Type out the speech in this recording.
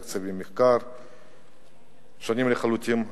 תקציבי מחקר שונים לחלוטין.